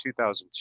2002